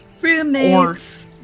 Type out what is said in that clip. Roommates